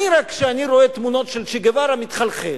כשאני רואה תמונות של צ'ה גווארה אני מתחלחל,